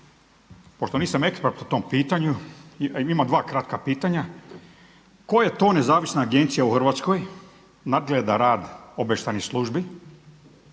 Pošto nisam ekspert po tom pitanju, imam dva kratka pitanja. Koja je to nezavisna agencija u Hrvatskoj nadgleda rad obavještajnih službi?